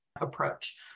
approach